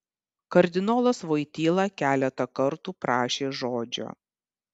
kardinolas voityla keletą kartų prašė žodžio